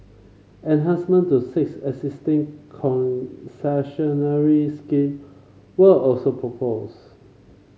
enhancement to six existing concessionary scheme were also proposed